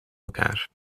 elkaar